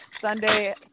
Sunday